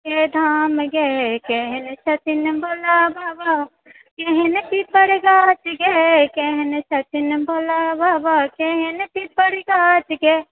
बाबाके धाम ये केहन छथिन भोला बाबा केहन पिपर गाछ ये केहन छथिन भोला बाबा केहन पिपर गाछ ये